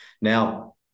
Now